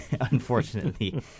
unfortunately